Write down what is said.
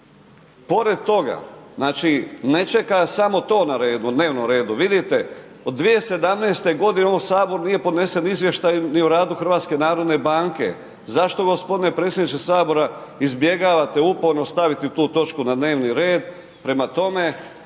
Pored toga, znači ne čeka samo to na dnevnom redu, vidite, od 2017. godine ovom Saboru nije podnesen izvještaj ni o radu HNB-a. zašto g. predsjedniče Sabora izbjegavate uporno staviti tu točku na dnevni red,